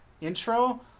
intro